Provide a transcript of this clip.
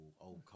old